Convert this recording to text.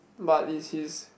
but is his